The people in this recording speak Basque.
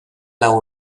lau